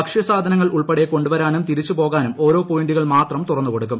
ഭക്ഷ്യ സാധനങ്ങൾ ഉൾപ്പെടെ കൊണ്ടുവരാനും തിരിച്ചുപോകാനും ഓരോ പോയിന്റുകൾ മാത്രം തുറന്നുകൊടുക്കും